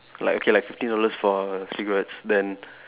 like okay like fifteen dollars for cigarettes then